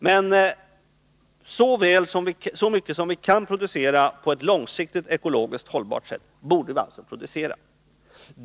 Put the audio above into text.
Men så mycket som vi kan producera på ett långsiktigt ekologiskt hållbart sätt borde vi producera.